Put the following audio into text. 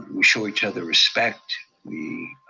we show each other respect. we